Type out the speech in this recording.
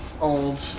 old